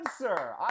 sir